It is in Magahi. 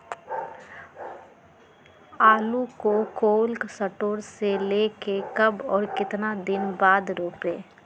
आलु को कोल शटोर से ले के कब और कितना दिन बाद रोपे?